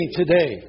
today